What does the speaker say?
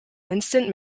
instant